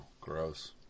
gross